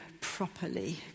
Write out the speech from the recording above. properly